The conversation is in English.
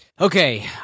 Okay